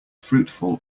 fruitful